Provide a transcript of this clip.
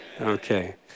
Okay